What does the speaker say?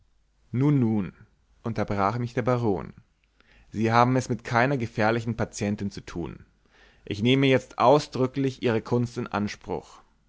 nun nun unterbrach mich der baron sie haben es mit keiner gefährlichen patientin zu tun ich nehme jetzt ausdrücklich ihre kunst in anspruch